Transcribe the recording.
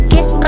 Get